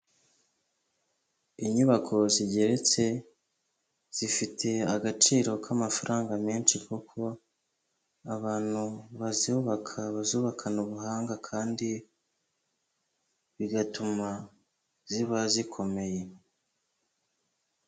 Inyubako zigeretse zifite agaciro k'amafaranga menshi kuko abantu bazubaka bazubakana ubuhanga kandi bigatuma ziba zikomeye.